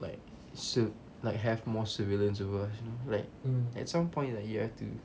like so like have more surveillance over us like at some point like you have to